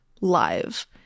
live